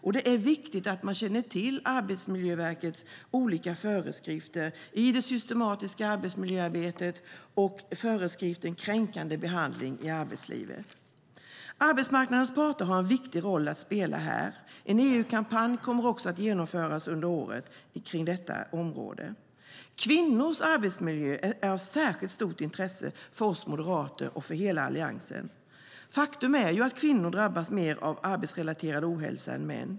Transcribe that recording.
Och det är viktigt att man känner till Arbetsmiljöverkets olika föreskrifter när det gäller det systematiska arbetsmiljöarbetet och kränkande behandling i arbetslivet. Arbetsmarknadens parter har en viktig roll att spela här. En EU-kampanj kommer också att genomföras under året på detta område. Kvinnors arbetsmiljö är av särskilt stort intresse för oss moderater och för hela Alliansen. Faktum är att kvinnor drabbas mer av arbetsrelaterad ohälsa än män.